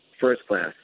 first-class